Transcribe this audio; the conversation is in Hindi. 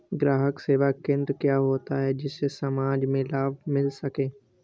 ग्राहक सेवा केंद्र क्या होता है जिससे समाज में लाभ मिल सके?